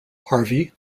harvey